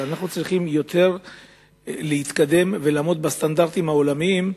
אלא אנחנו צריכים להתקדם יותר ולעמוד בסטנדרטים העולמיים.